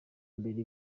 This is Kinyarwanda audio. mbere